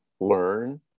learn